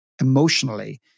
emotionally